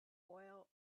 oil